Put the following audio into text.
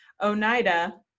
oneida